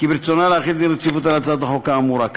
כי ברצונה להחיל דין רציפות על הצעת החוק האמורה.